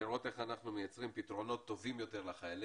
ולראות איך אנחנו מייצרים פתרונות טובים יותר לחיילים.